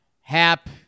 Hap